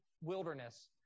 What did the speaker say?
wilderness